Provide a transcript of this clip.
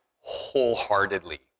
wholeheartedly